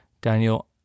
Daniel